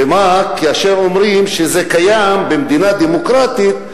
וכאשר אומרים שזה קיים במדינה דמוקרטית,